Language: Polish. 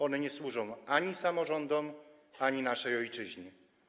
One nie służą ani samorządom, ani naszej ojczyźnie.